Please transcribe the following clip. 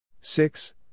Six